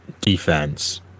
defense